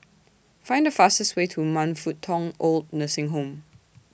Find The fastest Way to Man Fut Tong Oid Nursing Home